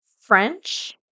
French